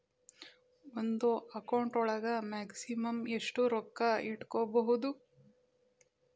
ಒಂದು ಅಕೌಂಟ್ ಒಳಗ ಮ್ಯಾಕ್ಸಿಮಮ್ ಎಷ್ಟು ರೊಕ್ಕ ಇಟ್ಕೋಬಹುದು?